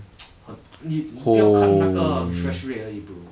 你你不要看那个 refresh rate 而已 bro